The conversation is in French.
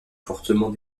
fortement